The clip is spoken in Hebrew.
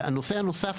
נושא נוסף,